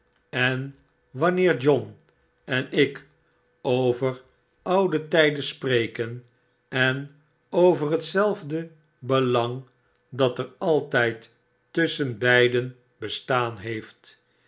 en wanneer john en ik over oude tijden spreken en over hetzelfde belang dat er altyd tusschen beiden bestaan heeft